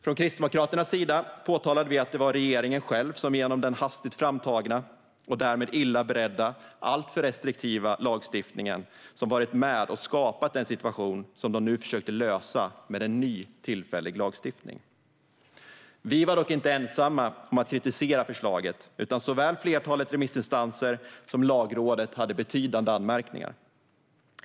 Från Kristdemokraternas sida påtalade vi att regeringen själv genom den hastigt framtagna och därmed illa beredda och alltför restriktiva lagstiftningen varit med och skapat den situation som de nu försökte lösa med en ny tillfällig lagstiftning. Vi var dock inte ensamma om att kritisera förslaget, utan såväl flertalet remissinstanser som Lagrådet hade betydande anmärkningar.